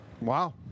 Wow